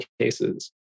cases